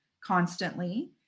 constantly